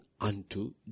unto